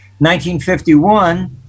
1951